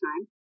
time